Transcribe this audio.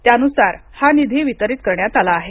त्यानुसार हा निधी वितरित करण्यात आला आहे